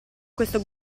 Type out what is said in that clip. questo